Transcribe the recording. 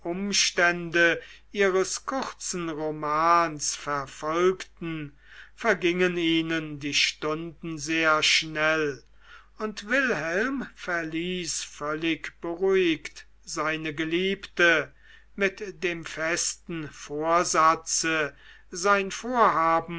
umstände ihres kurzen romans verfolgten vergingen ihnen die stunden sehr schnell und wilhelm verließ völlig beruhigt seine geliebte mit dem festen vorsatze sein vorhaben